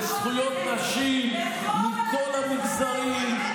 לזכויות נשים מכל המגזרים,